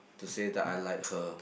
to say that I like her